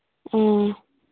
ꯑꯥ